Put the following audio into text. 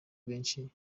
benshi